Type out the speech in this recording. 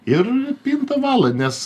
ir pintą valą nes